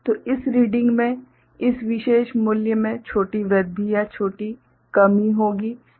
तो इस रीडिंग में इस विशेष मूल्य में छोटी वृद्धि या छोटी कमी होगी